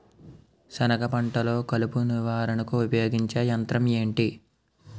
సెనగ పంటలో కలుపు నివారణకు ఉపయోగించే యంత్రం ఏంటి?